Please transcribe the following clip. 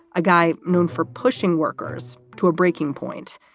a guy known for pushing workers to a breaking point.